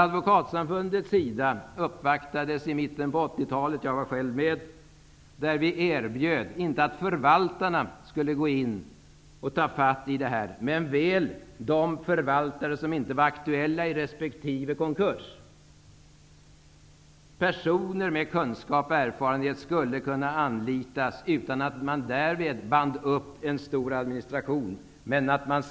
Advokatsamfundet gjorde en uppvaktning på 1980 talet, jag var själv med, där vi erbjöd att de förvaltare som inte var aktuella i resp. konkurs skulle kunna ta tag i det här. Personer med kunskap och erfarenhet skulle således kunna anlitas utan att man därigenom band upp en stor administration.